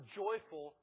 joyful